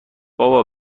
بابا